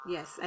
Yes